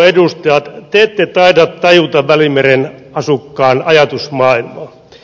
te ette taida tajuta välimeren asukkaan ajatusmaailmaa